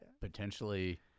potentially